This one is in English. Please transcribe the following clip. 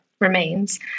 remains